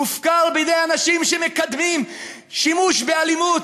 מופקר בידי אנשים שמקדמים שימוש באלימות.